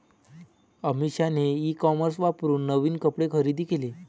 अमिषाने e commerce वापरून नवीन कपडे खरेदी केले